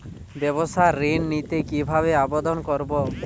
ব্যাবসা ঋণ নিতে কিভাবে আবেদন করব?